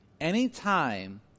Anytime